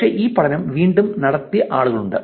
പക്ഷേ ഈ പഠനം വീണ്ടും നടത്തിയ ആളുകളുണ്ട്